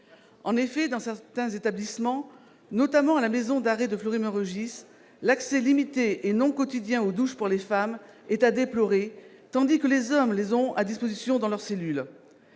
En effet, dans certains établissements, notamment à la maison d'arrêt de Fleury-Mérogis, un accès limité et non quotidien aux douches est à déplorer, tandis que les hommes ont des douches à leur disposition dans leur cellule.